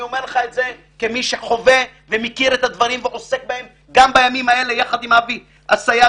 אומר לך את זה כמי שחווה את הדברים ועוסק בהם יחד עם אבי אסייג